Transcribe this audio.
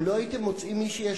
אם לא הייתם מוצאים מי שישיב,